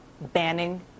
banning